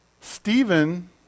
Stephen